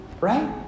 Right